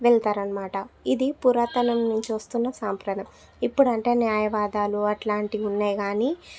వెళ్తారన్నమాట ఇది పురాతనం నుంచి వస్తున్న సాంప్రన ఇప్పుడంటే న్యాయవాదాలు అలాంటివి ఉన్నాయి కానీ